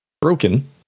broken